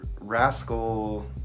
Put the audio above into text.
rascal